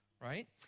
Right